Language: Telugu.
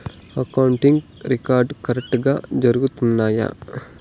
అకౌంటింగ్ రికార్డ్స్ కరెక్టుగా జరుగుతున్నాయా